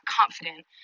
confident